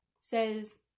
says